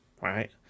Right